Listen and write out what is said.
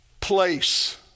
Place